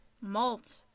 malt